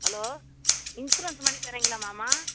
hello insurance பண்ணி தரீங்களாம்மாமா